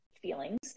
feelings